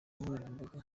nkoranyambaga